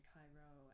Cairo